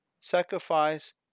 Sacrifice